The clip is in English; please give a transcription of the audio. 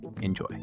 enjoy